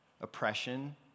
oppression